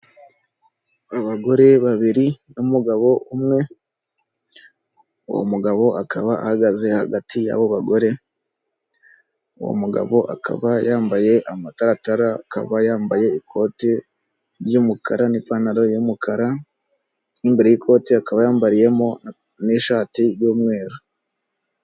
Abagore babiri n'umugabo umwe, uwo mugabo akaba ahagaze hagati y'abo bagore. Uwo mugabo akaba yambaye amataratara, akaba yambaye ikote ry'umukara n'ipantaro y'umukara n'imbere y'ikote akaba yambariyemo n'ishati y'umweru.